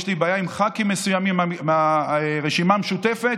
יש לי בעיה עם ח"כים מסוימים מהרשימה המשותפת,